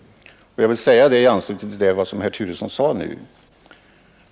Jag vill säga det i anslutning till vad herr Turesson nyss sade.